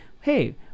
hey